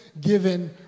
given